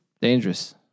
Dangerous